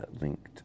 linked